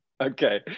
Okay